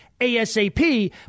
ASAP